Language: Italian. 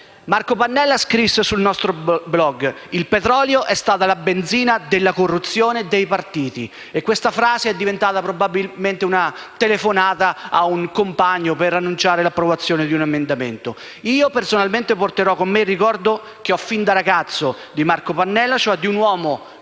Marco Pannella scrisse sul nostro *blog* che il petrolio è stato la benzina della corruzione e dei partiti e questa frase è probabilmente diventata una telefonata ad un compagno per annunciare l'approvazione di un emendamento. Io personalmente porterò con me il ricordo che ho fin da ragazzo di Marco Pannella: un uomo